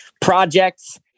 projects